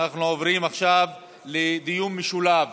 אנחנו עוברים עכשיו לדיון משולב